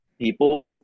people